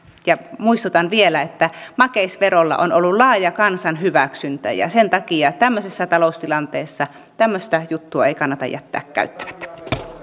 muistutan vielä että makeisverolla on ollut laaja kansan hyväksyntä ja sen takia tämmöisessä taloustilanteessa tämmöistä juttua ei kannata jättää käyttämättä